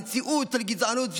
המציאות של גזענות,